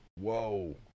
Whoa